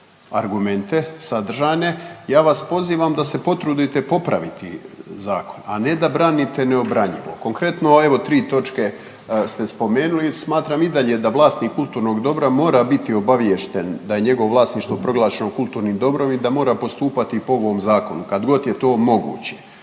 argumente sadržane ja vas pozivam da se potrudite popraviti zakon, a ne da branite neobranjivo. Konkretno evo tri točke ste spomenuli. Smatram i dalje da vlasnik kulturnog dobra mora biti obaviješten da je njegovo vlasništvo proglašeno kulturnim dobrom i da mora postupati po ovom zakonu kad god je to moguće.